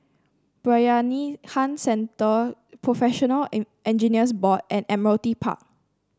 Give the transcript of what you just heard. Bayanihan Centre Professional Engineers Board and Admiralty Park